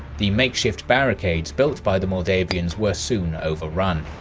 the makeshift barricades built by the moldavians were soon overrun.